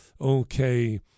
Okay